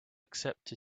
accept